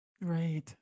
Right